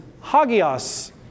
hagios